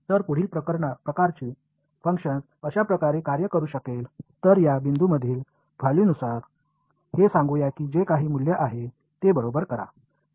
तर पुढील प्रकारची फंक्शन अशा प्रकारे कार्य करू शकेल तर या बिंदूवरील व्हॅल्यूनुसार हे सांगूया की जे काही मूल्य आहे ते बरोबर करा